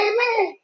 Amen